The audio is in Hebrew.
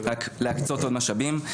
רק להקצות עוד משאבים.